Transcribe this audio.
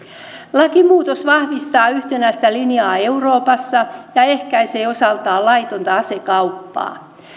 lakimuutos vahvistaa yhtenäistä linjaa euroopassa ja ehkäisee osaltaan laitonta asekauppaa